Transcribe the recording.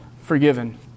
forgiven